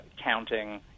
counting